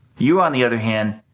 you on the other hand,